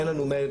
אין לנו מייל,